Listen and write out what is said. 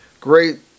Great